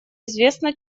известно